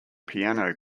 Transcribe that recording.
piano